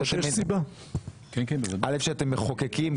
כשאתם מחוקקים,